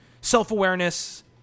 self-awareness